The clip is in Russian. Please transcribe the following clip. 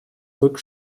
только